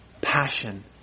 passion